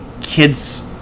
kids